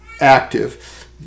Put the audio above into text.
active